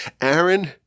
Aaron